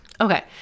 Okay